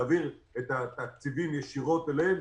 להעביר את התקציבים ישירות אליהם.